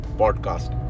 podcast